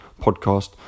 podcast